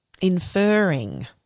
inferring